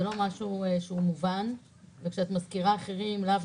זה לא משהו מכובד שאני חושבת